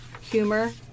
humor